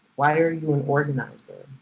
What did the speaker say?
why are you an organizer?